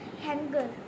hanger